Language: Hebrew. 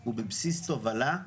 הוא בבסיס תובלה,